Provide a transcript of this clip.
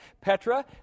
Petra